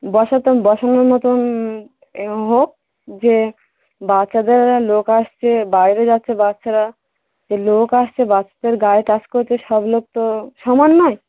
বসাতো বসানোর মতোন এ হোক যে বাচ্চাদের লোক আসছে বাইরে যাচ্ছে বাচ্চারা যে লোক আসছে বাচ্চাদের গায়ে টাচ করছে সব লোক তো সমান নয়